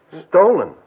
Stolen